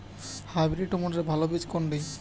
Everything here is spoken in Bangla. হাইব্রিড টমেটোর ভালো বীজ কোনটি?